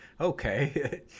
okay